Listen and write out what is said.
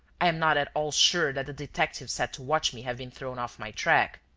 i am not at all sure that the detectives set to watch me have been thrown off my track.